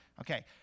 Okay